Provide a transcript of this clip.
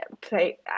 play